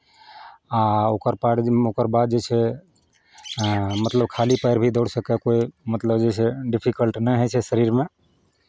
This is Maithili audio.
आ ओकरपर ओकर बाद जे छै मतलब खाली पएर भी दौड़ि सकै कोइ मतलब जाहिसँ डिफिकल्ट नहि होइ छै शरीरमे